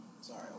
sorry